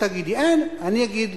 את תגידי: אין, אני אגיד,